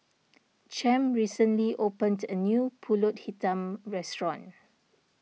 Champ recently opened a new Pulut Hitam restaurant